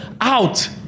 Out